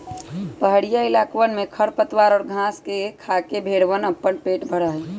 पहड़ीया इलाकवन में खरपतवार और घास के खाके भेंड़वन अपन पेट भरा हई